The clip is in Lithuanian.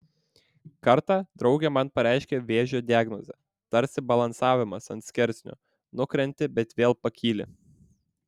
kartą draugė man pareiškė vėžio diagnozė tarsi balansavimas ant skersinio nukrenti bet vėl pakyli